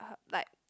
a like